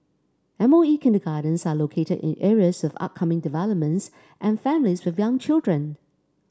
M O E kindergartens are located in areas with upcoming developments and families with young children